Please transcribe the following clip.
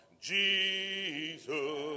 Jesus